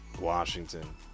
Washington